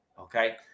okay